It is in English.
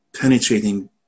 penetrating